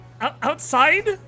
Outside